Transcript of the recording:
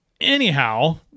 Anyhow